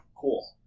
Cool